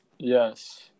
Yes